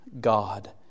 God